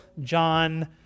John